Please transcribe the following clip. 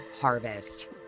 Harvest